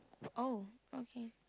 oh okay